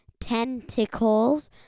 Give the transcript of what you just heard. tentacles